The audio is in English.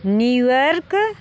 New York